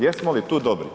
Jesmo li tu dobri?